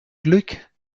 glück